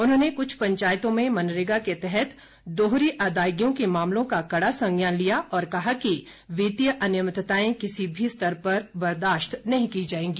उन्होंने कुछ पंचायतों में मनरेगा के तहत दोहरी अदायगियों के मामलों का कड़ा संज्ञान लिया और कहा कि वित्तीय अनियमितताएं किसी भी स्तर पर बर्दाश्त नहीं की जाएगी